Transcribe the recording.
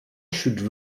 should